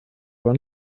aber